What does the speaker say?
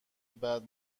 بعد